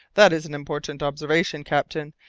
that is an important observation, captain,